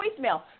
voicemail